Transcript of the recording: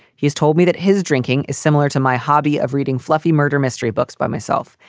he's told me that his drinking is similar to my hobby of reading fluffy murder mystery books by myself.